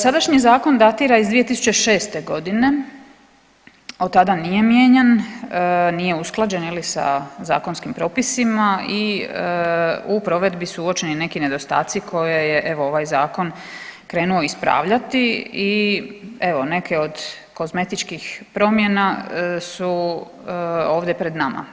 Sadašnji zakon datira iz 2006.g. od tada nije mijenjan, nije usklađen sa zakonskim propisima i u provedbi su uočeni neki nedostaci koje je evo ovaj zakon krenuo ispravljati i evo neke od kozmetičkih promjena su ovdje pred nama.